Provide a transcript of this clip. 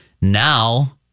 now